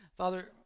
Father